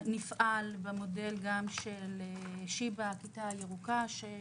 נפעל במודל גם של שיבא, "הכיתה הירוקה",